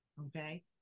okay